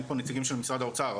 אין פה נציגים של משרד האוצר,